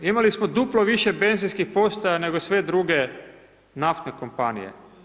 Imali smo duplo više benzinskih postaja nego sve druge naftne kompanije.